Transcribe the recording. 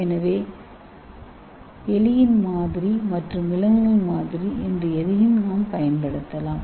எனவே நீங்கள் எலியின் மாதிரி மற்றும் விலங்குகள் மாதிரி எதையும் பயன்படுத்தலாம்